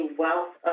wealth